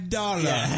dollar